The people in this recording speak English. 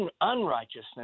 unrighteousness